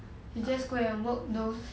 you just go and work those